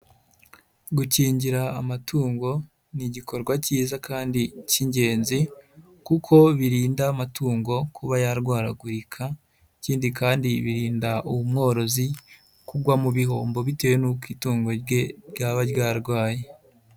Gukingira amatungo ni igikorwa kiza kandi k'ingenzi kuko birinda amatungo kuba yarwaragurika ikindi kandi birinda umworozi kugwa mu bihombo bitewe n'uko itungo rye ryaba ryarwaye.